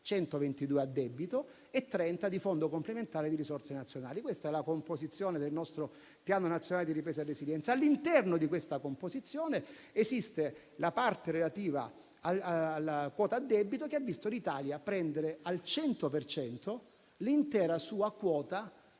122 a debito e 30 di fondo complementare di risorse nazionali: questa è la composizione del nostro Piano nazionale di ripresa e resilienza. All'interno di questa composizione esiste la parte relativa alla quota a debito, che ha visto l'Italia prendere al 100 per cento l'intera sua quota